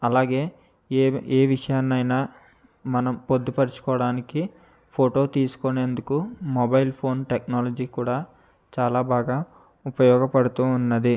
అలాగే ఏవి ఏ విషయాన్నైనా మనం పొద్దు పరుచుకోవడానికి ఫోటో తీసుకునేందుకు మొబైల్ ఫోన్ టెక్నాలజీ కూడా చాలా బాగా ఉపయోగ పడుతూ ఉన్నాది